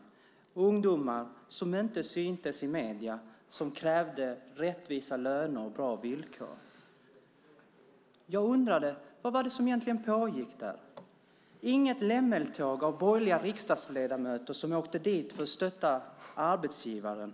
Det var ungdomar som inte syntes i medierna som krävde rättvisa löner och bra villkor. Jag undrade vad det egentligen var som pågick där. Det var inget lämmeltåg av borgerliga riksdagsledamöter som åkte dit för att stödja arbetsgivaren.